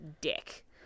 dick